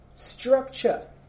structure